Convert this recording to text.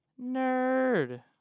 Nerd